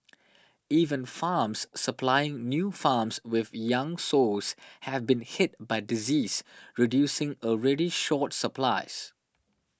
even farms supplying new farms with young sows have been hit by disease reducing already short supplies